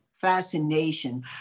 fascination